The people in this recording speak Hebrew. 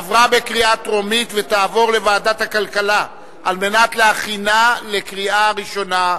עברה בקריאה טרומית ותעבור לוועדת הכלכלה על מנת להכינה לקריאה ראשונה.